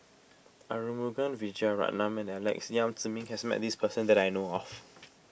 Arumugam Vijiaratnam and Alex Yam Ziming has met this person that I know of